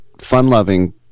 fun-loving